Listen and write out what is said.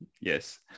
yes